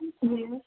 yes